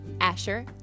Asher